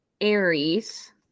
Aries